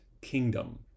kingdom